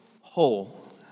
whole